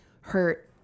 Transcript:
hurt